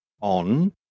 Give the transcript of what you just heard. on